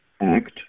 Act